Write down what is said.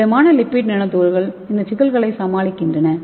திடமான lipid nano துகள்கள் இந்த சிக்கல்களை சமாளிக்கின்றன